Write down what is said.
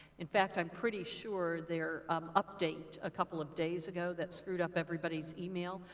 in fact, i'm pretty sure their um update a couple of days ago that screwed up everybody's email,